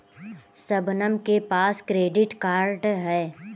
शबनम के पास credit card है